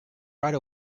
right